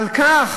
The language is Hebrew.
על כך